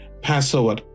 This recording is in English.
Passover